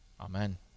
Amen